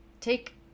take